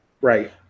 Right